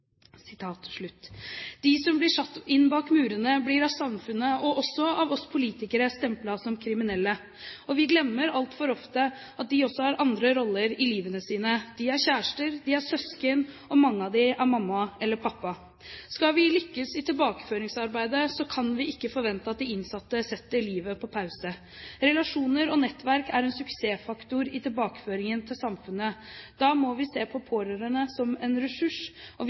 De som blir satt inn bak murene, blir av samfunnet, og også av oss politikere, stemplet som kriminelle. Vi glemmer altfor ofte at de også har andre roller i livet sitt: De har kjærester, de har søsken, og mange av dem er mamma eller pappa. Skal vi lykkes i tilbakeføringsarbeidet, kan vi ikke forvente at de innsatte setter livet på pause. Relasjoner og nettverk er en suksessfaktor i tilbakeføringen til samfunnet. Da må vi se på pårørende som en ressurs, og